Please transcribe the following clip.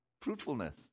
fruitfulness